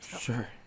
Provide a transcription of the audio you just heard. Sure